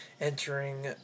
entering